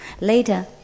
later